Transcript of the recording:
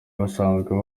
basanzwe